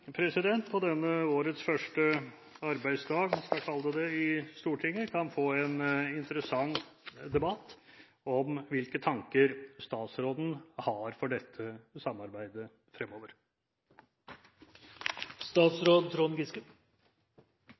på denne årets første arbeidsdag i Stortinget kan få en interessant debatt om hvilke tanker statsråden har for dette samarbeidet